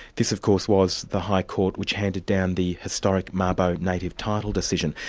this of course was the high court which handed down the historic mabo native title decision.